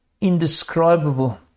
indescribable